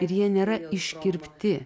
ir jie nėra iškirpti